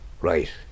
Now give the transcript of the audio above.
right